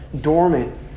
dormant